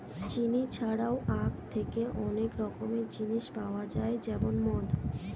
চিনি ছাড়াও আখ থেকে অনেক রকমের জিনিস পাওয়া যায় যেমন মদ